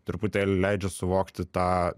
truputėlį leidžia suvokti tą